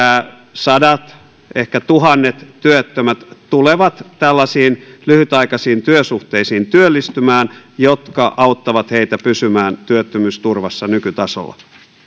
sadat ehkä tuhannet työttömät tulevat tällaisiin lyhytaikaisiin työsuhteisiin työllistymään jotka auttavat heitä pysymään työttömyysturvassa nykytasolla